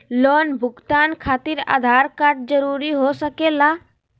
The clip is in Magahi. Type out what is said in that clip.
लोन भुगतान खातिर आधार कार्ड जरूरी हो सके ला?